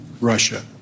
Russia